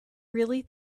really